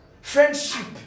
Friendship